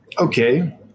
okay